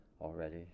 already